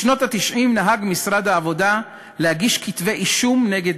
בשנות ה-90 נהג משרד העבודה להגיש כתבי-אישום נגד